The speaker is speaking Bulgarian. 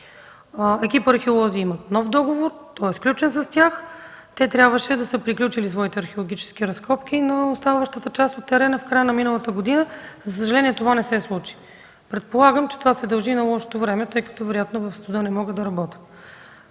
Екипът археолози имат нов договор, той е сключен с тях. Те трябваше да са приключили своите археологически разкопки на оставащата част от терена в края на миналата година. За съжаление това не се случи. Предполагам, че това се дължи на лошото време, тъй като вероятно в студа не могат да работят.